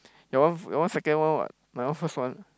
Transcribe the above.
your one your one second one [what] my one first one